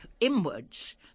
inwards